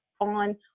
on